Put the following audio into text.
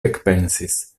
ekpensis